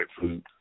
food